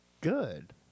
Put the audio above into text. good